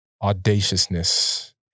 audaciousness